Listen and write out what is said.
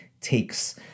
takes